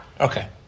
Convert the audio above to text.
Okay